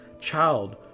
Child